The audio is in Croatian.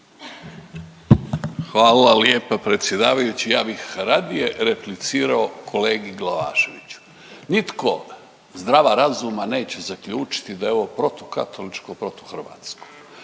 Hvala lijepa predsjedavajući. Ja bih radije replicirao kolegi Glavaševiću. Nitko zdrava razuma neće zaključiti da je ovo protukatoličko, protuhrvatsko.